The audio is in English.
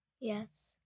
Yes